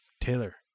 Taylor